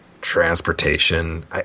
transportation